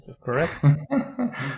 Correct